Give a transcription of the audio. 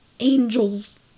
angels